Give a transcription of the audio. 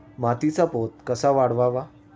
मातीचा पोत कसा वाढवावा?